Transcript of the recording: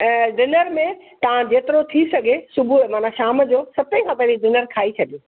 ऐं डिनर में तव्हां जेतिरो थी सघे सुबुह माना शाम जो सते खां पहिरीं डिनर खाई छॾियो